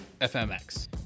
FMX